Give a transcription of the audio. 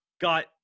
got